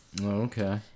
Okay